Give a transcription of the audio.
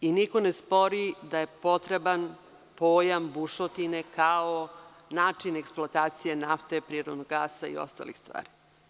I niko ne spori da je potreban pojam bušotine kao način eksploatacije nafte, prirodnog gasa i ostalih stvari.